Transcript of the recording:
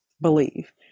believe